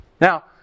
Now